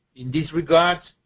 in this regard,